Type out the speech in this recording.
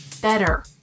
better